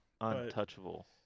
untouchable